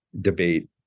debate